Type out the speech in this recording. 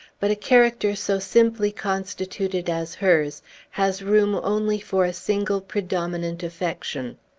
but a character so simply constituted as hers has room only for a single predominant affection.